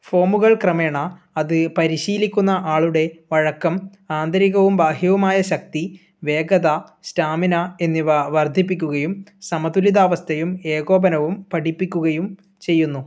ഫോമുകൾ ക്രമേണ അത് പരിശീലിക്കുന്ന ആളുടെ വഴക്കം ആന്തരികവും ബാഹ്യവുമായ ശക്തി വേഗത സ്റ്റാമിന എന്നിവ വർദ്ധിപ്പിക്കുകയും സമതുലിതാവസ്ഥയും ഏകോപനവും പഠിപ്പിക്കുകയും ചെയ്യുന്നു